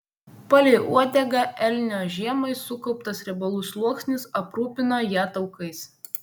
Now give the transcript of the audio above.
palei uodegą elnio žiemai sukauptas riebalų sluoksnis aprūpino ją taukais